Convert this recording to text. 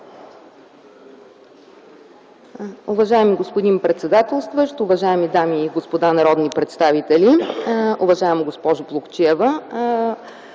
Уважаеми господин председател, уважаеми дами и господа народни представители! Уважаема госпожо Плугчиева,